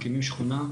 מקימים שכונה,